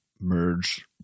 merge